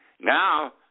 now